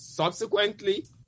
Subsequently